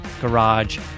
Garage